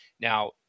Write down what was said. Now